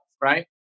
right